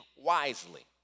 wisely